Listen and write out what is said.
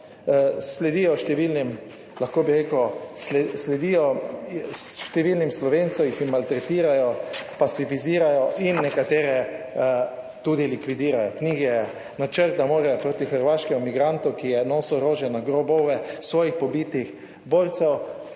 rekel številnim Slovencem, jih maltretirajo, pasifizcirajo in nekatere tudi likvidirajo, knjige, načrt, da morajo proti hrvaškemu migrantu, ki je nosil orožje na grobove svojih pobitih borcev,